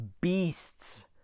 beasts